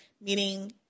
meaning